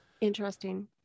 Interesting